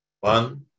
One